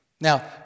Now